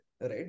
right